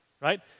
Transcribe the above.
right